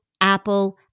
Apple